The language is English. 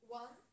one